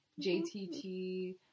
JTT